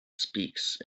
speaks